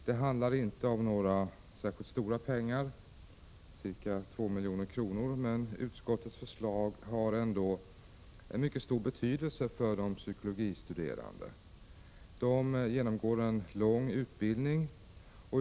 Det handlar inte om några särskilt stora pengar — ca 2 milj.kr. — men utskottets förslag har ändå mycket stor betydelse för de psykologistuderande. De genomgår en lång utbildning.